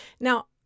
Now